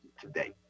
today